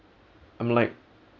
I'm like